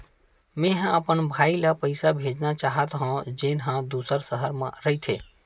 मेंहा अपन भाई ला पइसा भेजना चाहत हव, जेन हा दूसर शहर मा रहिथे